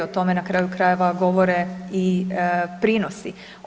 O tome na kraju krajeva govore i prinosi.